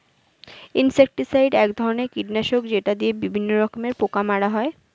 insecticide এক ধরনের কীটনাশক যেটা দিয়ে বিভিন্ন রকমের পোকা মারা হয়